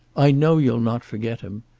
i know you'll not forget him.